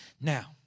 Now